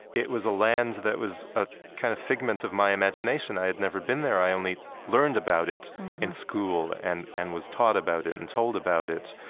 it was a land that was a kind of figment of my imagination. i had never been there i only learned about it in school and and was taught about it and told about it.